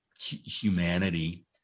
humanity